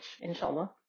inshallah